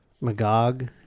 Magog